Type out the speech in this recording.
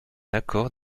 accord